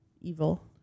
evil